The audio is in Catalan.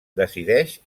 decideix